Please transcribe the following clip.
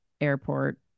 airport